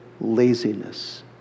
laziness